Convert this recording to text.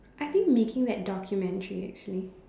I think making that documentary actually